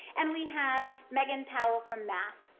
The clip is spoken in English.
and we have megan powell from math.